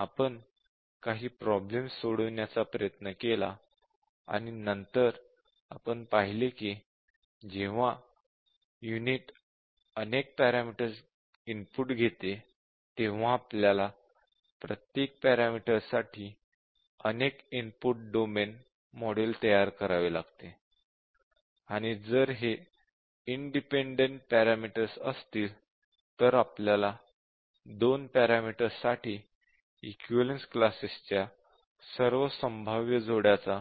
आपण काही प्रॉब्लेम्स सोडवण्याचा प्रयत्न केला आणि नंतर आपण पाहिले की जेव्हा युनिट अनेक पॅरामीटर्स इनपुट घेते तेव्हा आपल्याला प्रत्येक पॅरामीटर्ससाठी अनेक इनपुट डोमेन मॉडेल तयार करावे लागतात आणि जर हे इंडिपेंडेंट पॅरामीटर्स असतील तर आपल्याला दोन पॅरामीटर्ससाठी इक्विवलेन्स क्लासेसच्या सर्व संभाव्य जोड्यांचा